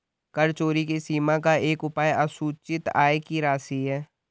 कर चोरी की सीमा का एक उपाय असूचित आय की राशि है